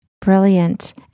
Brilliant